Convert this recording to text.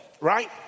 right